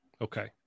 Okay